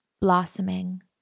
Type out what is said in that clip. blossoming